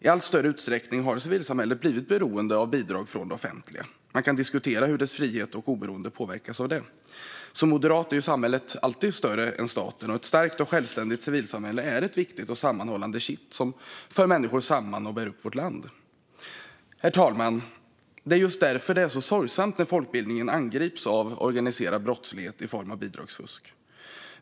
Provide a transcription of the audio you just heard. I allt större utsträckning har civilsamhället blivit beroende av bidrag från det offentliga. Man kan diskutera hur dess frihet och oberoende påverkas av det. För mig som moderat är samhället alltid större än staten, och ett starkt och självständigt civilsamhälle är ett viktigt och sammanhållande kitt som för människor samman och bär upp vårt land. Herr talman! Det är just därför sorgesamt när folkbildningen angrips av organiserad brottslighet i form av bidragsfusk.